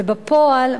ובפועל,